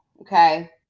okay